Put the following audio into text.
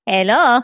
Hello